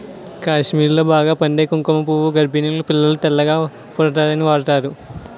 కాశ్మీర్లో బాగా పండే కుంకుమ పువ్వు గర్భిణీలు పిల్లలు తెల్లగా పుడతారని వాడుతారు